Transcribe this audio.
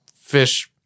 fish